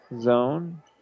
zone